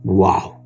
wow